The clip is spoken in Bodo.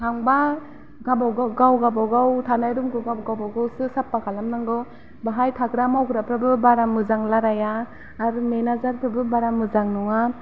थांब्ला गाबा गाव गाव गावबागाव थानाय रुमखौ गावबा गावसो साफा खालामनांगौ बाहाय थाग्रा मावग्राफ्राबो बारा मोजां लायराया आरो मेनाजारफ्राबो बारा मोजां नङा